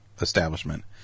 establishment